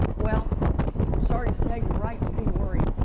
well i'm sorry saying you're right to be worried,